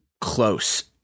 close